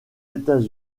états